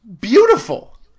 beautiful